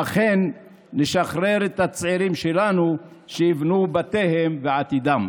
ואכן נשחרר את הצעירים שלנו שיבנו את בתיהם ואת עתידם.